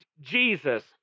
Jesus